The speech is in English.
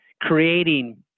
creating